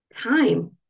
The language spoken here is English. Time